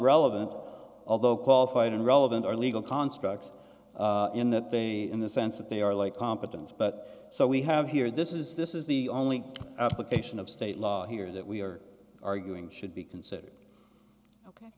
relevant although qualified and relevant are legal constructs in that they in the sense that they are like competence but so we have here this is this is the only application of state law here that we are arguing should be considered